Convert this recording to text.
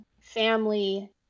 family